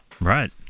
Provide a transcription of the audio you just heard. right